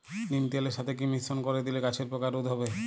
নিম তেলের সাথে কি মিশ্রণ করে দিলে গাছের পোকা রোধ হবে?